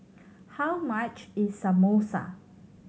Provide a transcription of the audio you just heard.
how much is Samosa